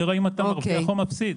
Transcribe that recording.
נראה אם אתה מרוויח או מפסיד.